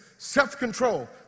Self-control